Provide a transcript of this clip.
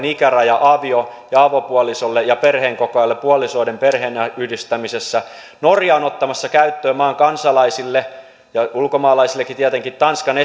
ikäraja avio ja avopuolisolle ja perheenkokoajalle puolisoiden perheenyhdistämisessä norja on ottamassa käyttöön maan kansalaisille ja ulkomaisillekin tietenkin tanskan